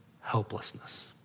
helplessness